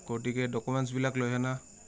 গতিকে ডকুমেণ্টছবিলাক লৈ আনা